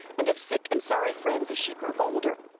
and of sick and sorry friends as she grew older.